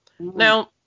Now